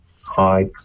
Hi